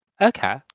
Okay